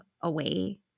away